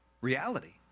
reality